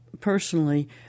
personally